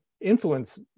influence